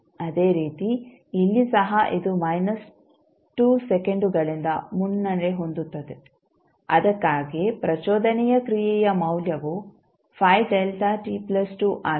ಅದೇ ರೀತಿ ಇಲ್ಲಿ ಸಹ ಇದು 2 ಸೆಕೆಂಡುಗಳಿಂದ ಮುನ್ನಡೆ ಹೊಂದುತ್ತದೆ ಅದಕ್ಕಾಗಿಯೇ ಪ್ರಚೋದನೆಯ ಕ್ರಿಯೆಯ ಮೌಲ್ಯವು ಆಗಿದೆ